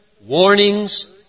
warnings